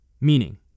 Meaning